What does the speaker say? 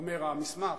אומר המסמך,